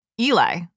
Eli